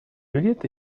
unit